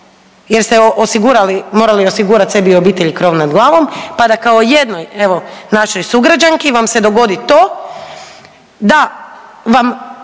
morali osigurati sebi i obitelji krov nad glavom, pa da kao jednoj evo našoj sugrađanki vam se dogodi to da vam